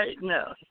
No